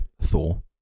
Thor